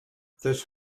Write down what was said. this